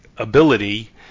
ability